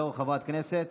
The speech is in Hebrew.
נגד